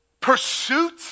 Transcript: pursuit